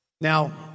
Now